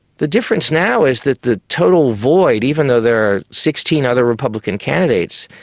the difference now is that the total void, even though there are sixteen other republican candidates,